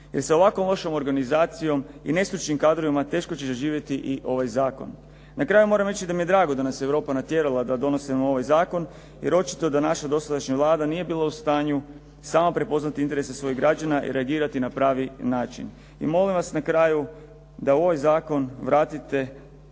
jer sa ovako lošom organizacijom i nestručnim kadrovima teško će zaživjeti i ovaj zakon. Na kraju moram reći da mi je drago da nas je Europa natjerala da donosimo ovaj zakon jer očito da naša dosadašnja Vlada nije bila u stanju sama prepoznati interese svojih građana i reagirati na pravi način. I molim vas na kraju da u ovaj zakon vratite